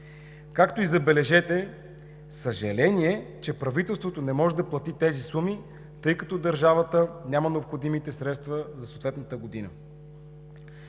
Както и, забележете, съжаление, че правителството не може да плати тези суми, тъй като държавата няма необходимите средства за съответната година.